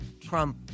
Trump